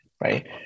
right